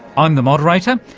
i'm the moderator,